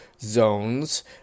zones